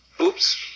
Oops